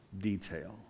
detail